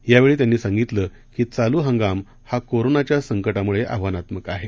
यावेळी त्यांनी सांगितलं की चालू हंगाम हा कोरोनाच्या संकटामुळे आव्हानात्मक आहे